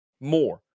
more